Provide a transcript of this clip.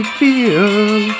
feel